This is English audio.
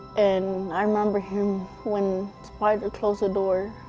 and i remember him when spider closed the door,